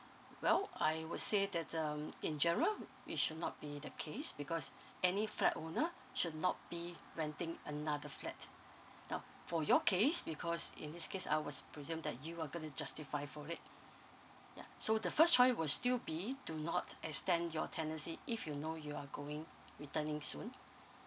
well I would say that's um in general it should not be the case because any flat owner should not be renting another flat now for your case because in this case I was presume that you are gonna justify for it yeah so the first choice will still be do not extend your tenancy if you know you are going returning soon